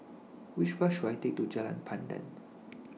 Which Bus should I Take to Jalan Pandan